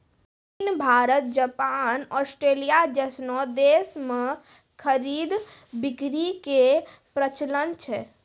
चीन Bharat Japan Australia जैसनो देश मे खरीद बिक्री के प्रचलन छै